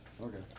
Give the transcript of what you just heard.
Okay